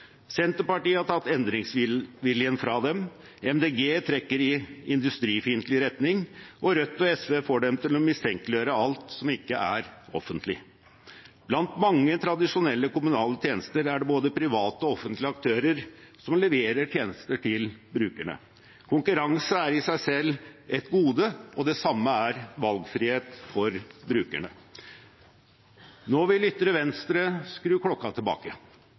Senterpartiet har tatt endringsviljen fra dem, Miljøpartiet De Grønne trekker i industrifiendtlig retning, og Rødt og SV får dem til å mistenkeliggjøre alt som ikke er offentlig. Blant mange tradisjonelle kommunale tjenester er det både private og offentlige aktører som leverer tjenester til brukerne. Konkurranse er i seg selv et gode, og det samme er valgfrihet for brukerne. Nå vil ytre venstre skru klokka tilbake,